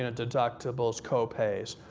and deductibles, copays.